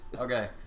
Okay